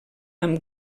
amb